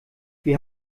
wir